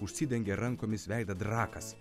užsidengė rankomis veidą drakas